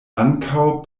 ankaŭ